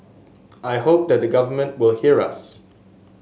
I hope that the government will hear us